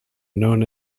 known